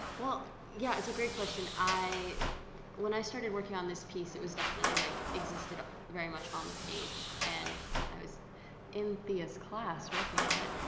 well, yeah, it's a great question. when i started working on this piece, it was definitely like existed very much on the page. and i was in thea's class working on it.